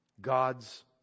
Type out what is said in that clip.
God's